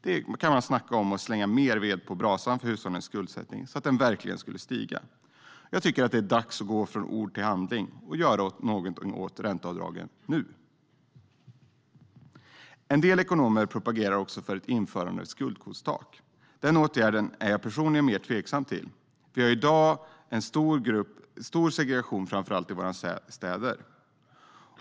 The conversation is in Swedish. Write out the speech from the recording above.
Där kan man snacka om att slänga mer ved på brasan för att hushållens skuldsättning verkligen skulle stiga. Jag tycker att det är dags att gå från ord till handling och göra någonting åt ränteavdraget nu. En del ekonomer propagerar också för ett införande av ett skuldkvotstak. Den åtgärden är jag personligen mer tveksam till. Vi har i dag en stor segregation framför allt i våra städer.